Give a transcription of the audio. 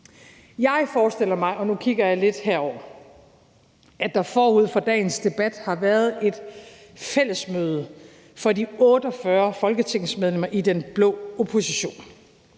jeg lidt herover, at der forud for dagens debat har været et fællesmøde for de 48 folketingsmedlemmer i den blå opposition